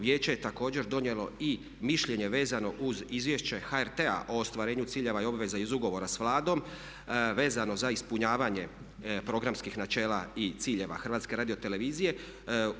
Vijeće je također donijelo i mišljenje vezano uz Izvješće HRT-a o ostvarenju ciljeva i obveza iz ugovora s Vladom vezano za ispunjavanje programskih načela i ciljeva HRT-a.